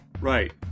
Right